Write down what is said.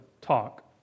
talk